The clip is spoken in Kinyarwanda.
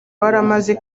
waramaze